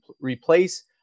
replace